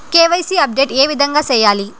KYC update ఏ విధంగా సేయాలి?